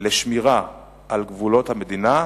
לשמירה על גבולות המדינה,